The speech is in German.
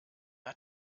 hat